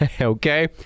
Okay